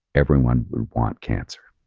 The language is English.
everyone would want cancer.